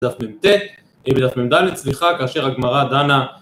דף בן מ"ם טי"ת, אם בדף מ"ם דל"ת סליחה, כאשר הגמרא, דנה,